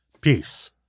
peace